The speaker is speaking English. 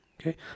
Okay